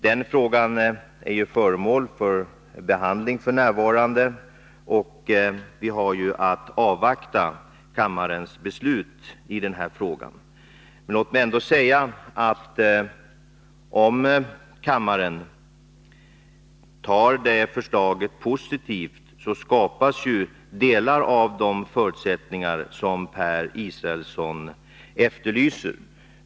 Den frågan är f. n. föremål för behandling, och där har vi att avvakta kammarens beslut. Låt mig ändå säga att om kammaren tar detta förslag positivt, kommer delar av de förutsättningar som Per Israelsson efterlyser att skapas.